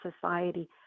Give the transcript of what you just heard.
society